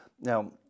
Now